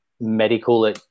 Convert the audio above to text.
medical